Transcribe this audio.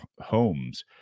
homes